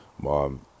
Mom